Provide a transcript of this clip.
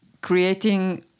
creating